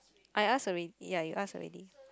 I asked already ya you asked already